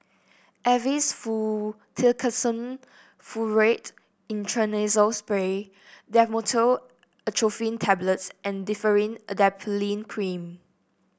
Avamys Fluticasone Furoate Intranasal Spray Dhamotil Atropine Tablets and Differin Adapalene Cream